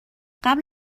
قبل